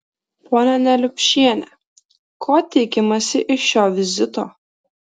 ponia neliupšiene ko tikimasi iš šio vizito